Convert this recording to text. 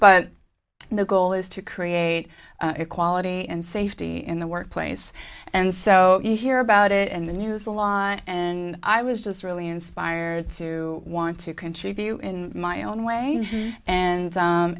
but the goal is to create equality and safety in the workplace and so you hear about it in the news a lot and i was just really inspired to want to contribute in my own way and